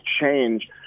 change